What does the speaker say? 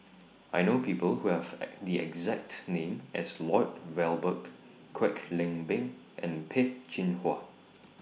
I know People Who Have The exact name as Lloyd Valberg Kwek Leng Beng and Peh Chin Hua